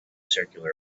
circular